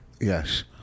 Yes